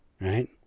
right